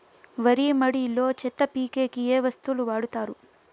వరి మడిలో చెత్త పీకేకి ఏ వస్తువులు వాడుతారు?